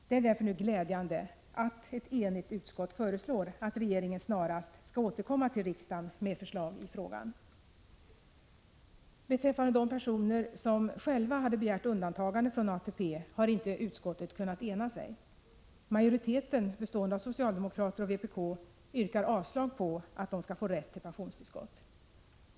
Det är därför glädjande att ett enigt utskott nu föreslår att regeringen snarast skall återkomma till riksdagen med förslag i frågan. Beträffande de personer som själva har begärt undantagande från ATP har inte utskottet kunnat ena sig. Majoriteten, bestående av socialdemokrater och vpk, yrkar avslag på att de skall få rätt till pensionstillskott.